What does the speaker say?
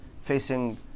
facing